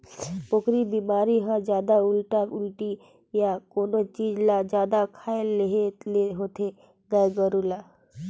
पोकरी बेमारी हर जादा उल्टा पुल्टा य कोनो चीज ल जादा खाए लेहे ले होथे गाय गोरु ल